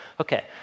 Okay